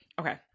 Okay